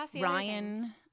Ryan